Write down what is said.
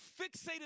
fixated